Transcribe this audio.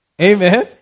Amen